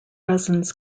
resins